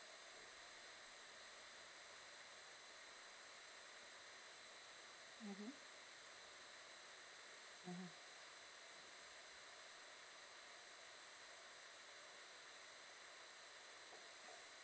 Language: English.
mmhmm mmhmm